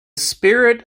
spirit